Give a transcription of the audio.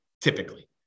typically